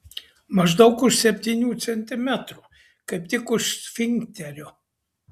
maždaug už septynių centimetrų kaip tik už sfinkterio